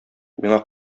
миңа